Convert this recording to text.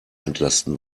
entlasten